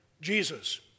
Jesus